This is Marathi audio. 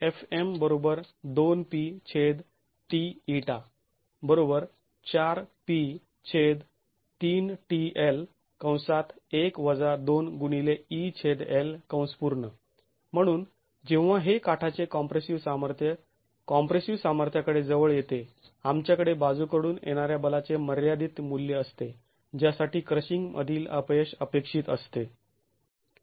म्हणून जेव्हा हे काठाचे कॉम्प्रेसिव सामर्थ्य कॉम्प्रेसिव सामार्थ्याकडे जवळ येते आमच्याकडे बाजूकडून येणाऱ्या बलाचे मर्यादित मूल्य असते ज्यासाठी क्रशिंग मधील अपयश अपेक्षित असते